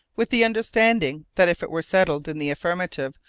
with the understanding that if it were settled in the affirmative,